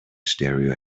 stereo